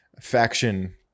faction